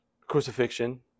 crucifixion